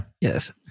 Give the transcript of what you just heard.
yes